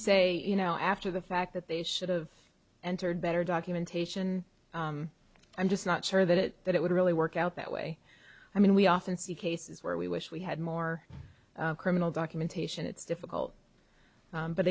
say you know after the fact that they should've entered better documentation i'm just not sure that that it would really work out that way i mean we often see cases where we wish we had more criminal documentation it's difficult